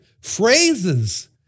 phrases